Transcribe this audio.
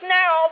now